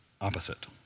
opposite